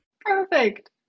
Perfect